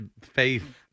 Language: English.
faith